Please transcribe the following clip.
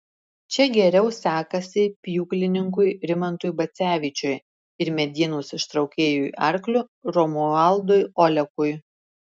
čia geriau sekasi pjūklininkui rimantui bacevičiui ir medienos ištraukėjui arkliu romualdui olekui